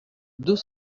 deux